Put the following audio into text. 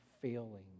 failing